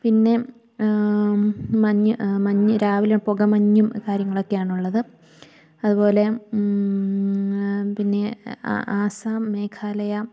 പിന്നെ മഞ്ഞ് മഞ്ഞ് രാവിലെ പുക മഞ്ഞും കാര്യങ്ങളൊക്കെയാണുള്ളത് അതുപോലെ പിന്നെ ആസാം മേഘാലയ